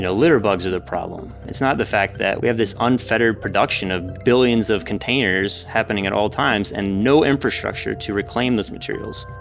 litterbugs are the problem! it's not the fact that we have this unfettered production of billions of containers happening at all times and no infrastructure to reclaim those materials.